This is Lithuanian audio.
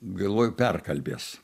galvojo perkalbės